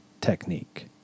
technique